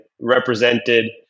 represented